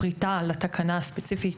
הפריטה לתקנה הספציפית,